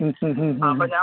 ഉ ഉ ആ